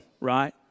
right